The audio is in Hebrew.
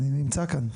אבל אני נמצא כאן.